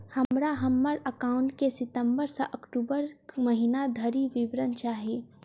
हमरा हम्मर एकाउंट केँ सितम्बर सँ अक्टूबर महीना धरि विवरण चाहि?